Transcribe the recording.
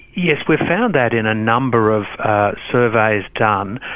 yes, we've found that in a number of surveys done.